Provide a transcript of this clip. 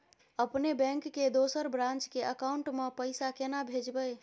अपने बैंक के दोसर ब्रांच के अकाउंट म पैसा केना भेजबै?